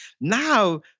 now